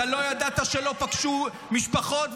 אתה לא ידעת שלא פגשו משפחות,